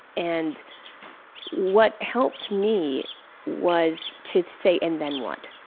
and what helped me was to say, and then what?